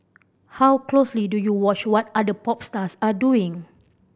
how closely do you watch what other pop stars are doing